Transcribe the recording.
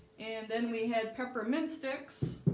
and then we had peppermint sticks